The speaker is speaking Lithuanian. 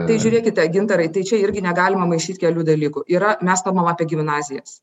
tai žiūrėkite gintarai tai čia irgi negalima maišyt kelių dalykų yra mes kalbam apie gimnazijas